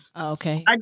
Okay